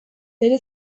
bere